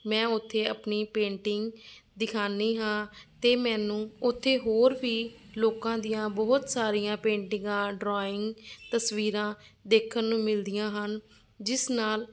ਮੈਂ ਉੱਥੇ ਆਪਣੀ ਪੇਂਟਿੰਗ ਦਿਖਾਉਂਦੀ ਹਾਂ ਅਤੇ ਮੈਨੂੰ ਉੱਥੇ ਹੋਰ ਵੀ ਲੋਕਾਂ ਦੀਆਂ ਬਹੁਤ ਸਾਰੀਆਂ ਪੇਂਟਿੰਗਾਂ ਡਰਾਇੰਗ ਤਸਵੀਰਾਂ ਦੇਖਣ ਨੂੰ ਮਿਲਦੀਆਂ ਹਨ ਜਿਸ ਨਾਲ